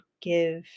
give